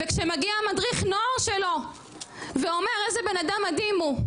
וכשמגיע מדריך הנוער שלו ואומר איזה בן אדם מדהים הוא.